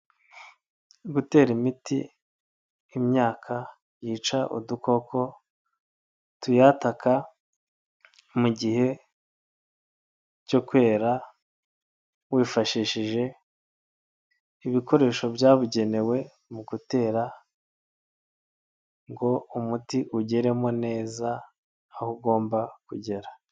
Gutera imiti imyaka yica udukoko tuyataka mu gihe cyo kwera wifashishije ibikoresho byabugenewe mu gutera ngo umuti ugeremo neza aho ugomba kugera.